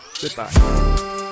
goodbye